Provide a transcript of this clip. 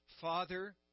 Father